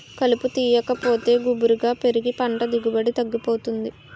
కలుపు తీయాకపోతే గుబురుగా పెరిగి పంట దిగుబడి తగ్గిపోతుంది